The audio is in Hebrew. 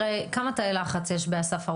בלחץ,